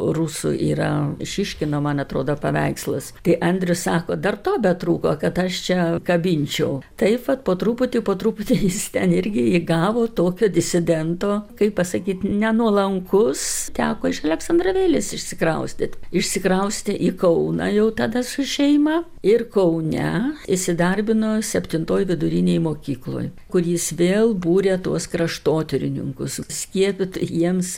rusų yra šyškino man atrodo paveikslas tai andrius sako dar to betrūko kad aš čia kabinčiau taip vat po truputį po truputį jis ten irgi įgavo tokio disidento kaip pasakyt nenuolankus teko iš aleksandravėlės išsikraustyt išsikraustė į kauną jau tada su šeima ir kaune įsidarbino septintoj vidurinėj mokykloj kur jis vėl būrė tuos kraštotyrininkus skiepyt jiems